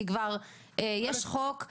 כי כבר יש חוק.